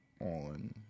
on